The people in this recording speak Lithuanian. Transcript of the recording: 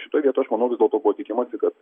šitoj vietoj aš manau vis dėlto buvo tikimasi kad